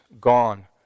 gone